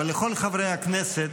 אבל לכל חברי הכנסת